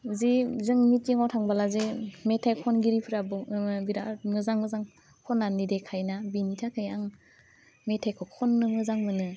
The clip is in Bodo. जि जों मिटिङाव थांबोला जे मेथाइ खनगिरिफ्रा बुं ओह बिराद मोजां मोजां खन्नानै देखायोना बेनि थाखाय आं मेथाइखौ खन्नो मोजां मोनो